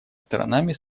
сторонами